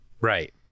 Right